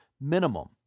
Minimum